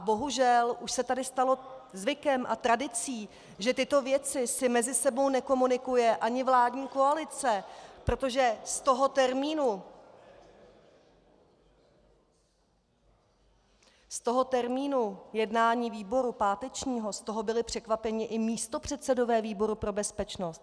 Bohužel už se tady stalo zvykem a tradicí, že tyto věci si mezi sebou nekomunikuje ani vládní koalice, protože z toho termínu jednání výboru pátečního, z toho byli překvapeni i místopředsedové výboru pro bezpečnost.